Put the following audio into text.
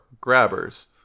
grabbers